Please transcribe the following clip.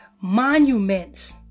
monuments